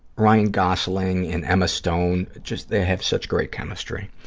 ryan gosling and emma stone, just they have such great chemistry.